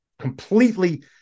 completely